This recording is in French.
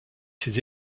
ses